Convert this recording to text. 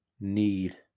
need